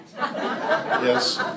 Yes